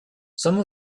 some